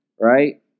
Right